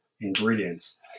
ingredients